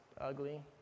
ugly